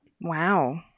Wow